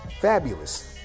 fabulous